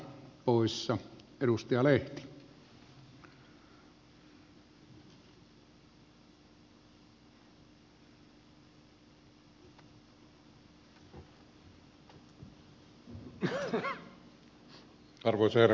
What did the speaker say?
arvoisa herra puhemies